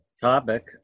topic